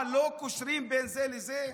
מה, לא קושרים בין זה לזה?